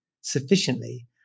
sufficiently